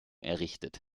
errichtet